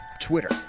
Twitter